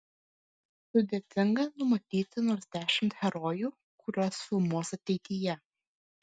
sudėtinga numatyti nors dešimt herojų kuriuos filmuos ateityje